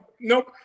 Nope